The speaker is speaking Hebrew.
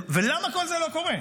ולמה כל זה לא קורה?